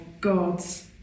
God's